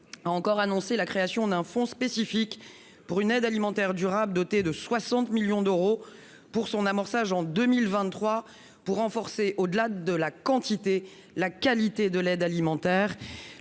novembre dernier, la création d'un fonds spécifique pour l'aide alimentaire durable, doté de 60 millions d'euros lors de son amorçage, en 2023, afin de renforcer, au-delà de la quantité, la qualité de l'aide alimentaire.